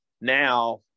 now